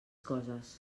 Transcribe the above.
coses